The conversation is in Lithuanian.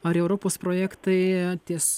ar europos projektai ties